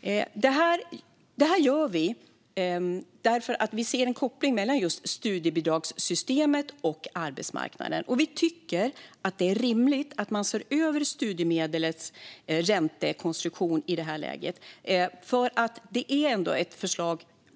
Vi gör detta därför att vi ser en koppling mellan just studiemedelssystemet och arbetsmarknaden. Vi tycker att det är rimligt att i det här läget se över studiemedlets räntekonstruktion.